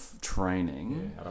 training